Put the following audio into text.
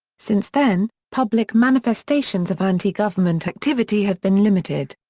since then, public manifestations of anti-government activity have been limited.